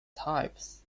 types